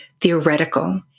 theoretical